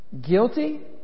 guilty